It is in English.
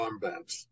armbands